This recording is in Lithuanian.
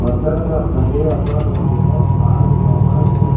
koncerte skambėjo piotro čaikovskio arvydo malcio